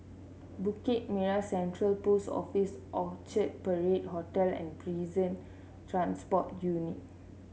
Bukit Merah Central Post Office Orchard Parade Hotel and Prison Transport Unit